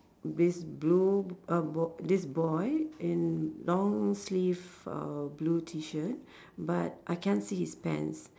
this blue uh boy this boy in long sleeve uh blue T shirt but I can't see his pants